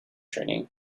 training